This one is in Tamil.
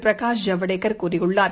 பிரகாஷ் ஜவடேகர் கூறியுள்ளார்